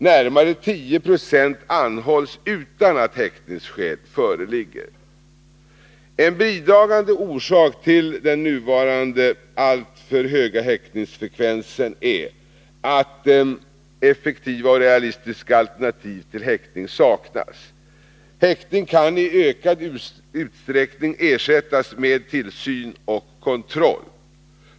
Närmare 10 90 anhålls utan att häktningsskäl föreligger. En bidragande orsak till den nuvarande alltför höga häktningsfrekvensen är att effektiva och realistiska alternativ till häkte saknas. Häktning kan i ökad utsträckning ersättas med tillsyn och kontroll.